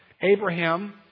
Abraham